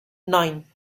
nine